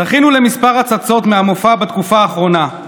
זכינו לכמה הצצות מהמופע בתקופה האחרונה: